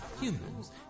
humans